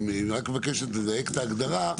היא רק מבקשת לדייק את ההגדרה.